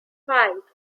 five